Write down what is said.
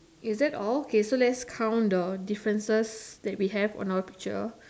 is that all so let's count the differences we have in our picture